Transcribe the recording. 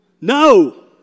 No